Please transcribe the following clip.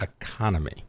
economy